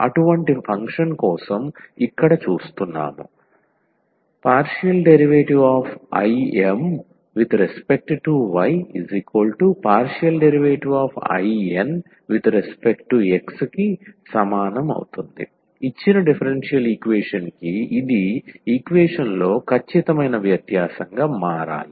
అటువంటి ఫంక్షన్ కోసం ఇక్కడ చూస్తున్నాము IM∂yIN∂x ఇచ్చిన డిఫరెన్షియల్ ఈక్వేషన్ కి ఇది ఈక్వేషన్ లో ఖచ్చితమైన వ్యత్యాసంగా మారాలి